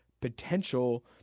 potential